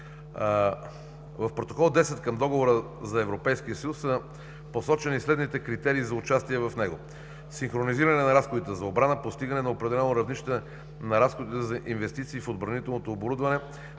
В Протокол 10 към Договора за Европейския съюз са посочени следните критерии за участие в него: синхронизиране на разходите за отбрана, постигане на определено равнище на разходите за инвестиции в отбранителното оборудване,